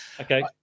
okay